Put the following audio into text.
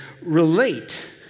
relate